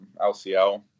LCL